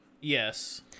yes